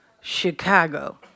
Chicago